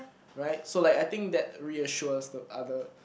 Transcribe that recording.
right so like I think that reassures the other